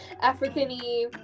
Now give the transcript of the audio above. african-y